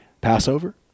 Passover